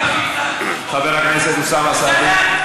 חבר הכנסת חזן, די, מספיק.